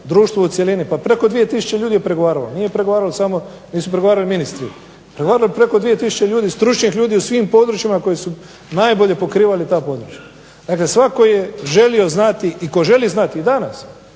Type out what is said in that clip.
društvo u cjelini. Pa preko 2 tisuće ljudi je pregovaralo. Nisu samo pregovarali ministri. Pregovaralo je preko 2 tisuće stručnih ljudi u svim područjima koja su najbolje pokrivala ta područja. Dakle, svako je želio znati i tko želi znati i danas